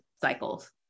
cycles